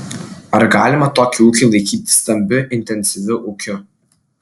ar galima tokį ūkį laikyti stambiu intensyviu ūkiu